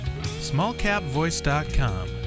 SmallCapVoice.com